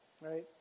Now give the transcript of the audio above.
right